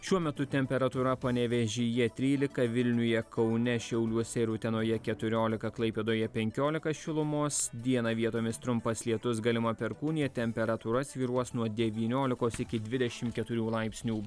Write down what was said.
šiuo metu temperatūra panevėžyje trylika vilniuje kaune šiauliuose ir utenoje keturiolika klaipėdoje penkiolika šilumos dieną vietomis trumpas lietus galima perkūnija temperatūra svyruos nuo devyniolikos iki dvidešim keturių laipsnių